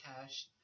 Cash